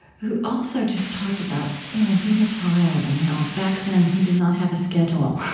who also just talked about, you know, being a child and how, back then, he did not have a schedule